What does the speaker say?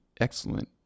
excellent